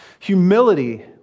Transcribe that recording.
Humility